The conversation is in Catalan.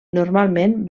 normalment